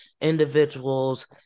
individuals